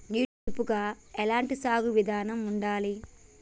నీటి పొదుపుగా ఎలాంటి సాగు విధంగా ఉండాలి?